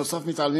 נוסף על כך,